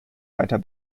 weiter